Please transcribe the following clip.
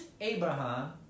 Abraham